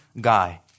guy